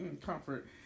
Comfort